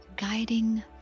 guiding